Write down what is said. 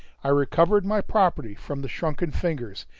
i recovered my property from the shrunken fingers,